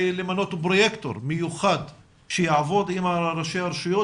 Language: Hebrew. למנות פרויקטור מיוחד שיעבוד עם ראשי הרשויות,